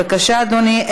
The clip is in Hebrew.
בבקשה, אדוני.